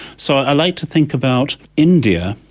so i like to think about india,